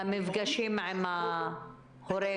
מפגשים עם ההורה?